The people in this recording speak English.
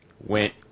went